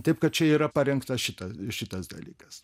taip kad čia yra parengtas šita šitas dalykas